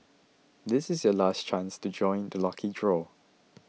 this is your last chance to join the lucky draw